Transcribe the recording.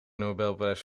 nobelprijs